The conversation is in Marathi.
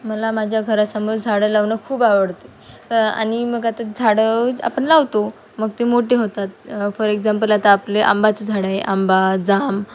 मला माझ्या घरासमोर झाडं लावणं खूप आवडते आणि मग आता झाडं आपण लावतो मग ते मोठे होतात फॉर एक्झाम्पल आता आपले आंब्याचं झाड आहे आंबा जाम